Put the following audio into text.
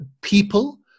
people